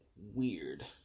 weird